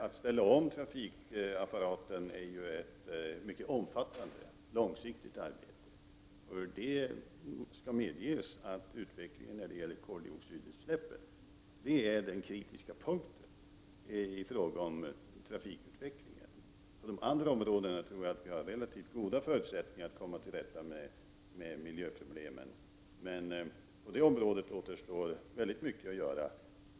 Att ställa om trafikapparaten är ett mycket omfattande, långsiktigt arbete. Det skall medges att trafikutvecklingen är den kritiska punkten när det gäller koldioxidutsläppen. På de andra områdena tror jag att vi har relativt goda förutsättningar att komma till rätta med miljöproblemen. På trafikområdet återstår mycket att göra.